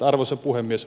arvoisa puhemies